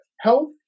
health